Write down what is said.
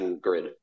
grid